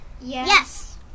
Yes